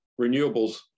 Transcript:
Renewables